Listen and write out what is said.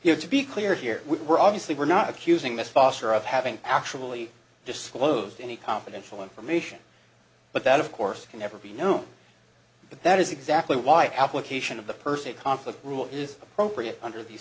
he had to be clear here we're obviously we're not accusing miss foster of having actually disclosed any confidential information but that of course can never be known but that is exactly why application of the per se conflict rule is appropriate under the